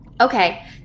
okay